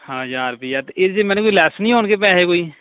ਹਾਂ ਹਜ਼ਾਰ ਰੁਪਈਆ ਅਤੇ ਇਹਦੇ 'ਚ ਮੈਡਮ ਲੈਸ ਨਹੀਂ ਹੋਣਗੇ ਪੈਸੇ ਕੋਈ